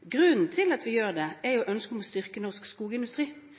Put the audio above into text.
Grunnen til at vi gjør det, er ønsket om å styrke norsk skogindustri.